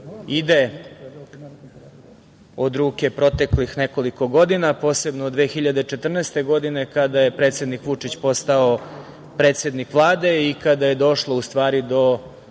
ide od ruke proteklih nekoliko godina, posebno od 2014. godine, od kada je predsednik Vučić postao predsednik Vlade i kada je došlo u stvari do